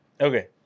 Okay